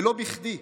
ולא בכדי: